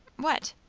what?